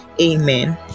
Amen